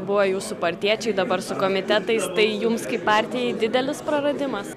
buvo jūsų partiečiai dabar su komitetais tai jums kaip partijai didelis praradimas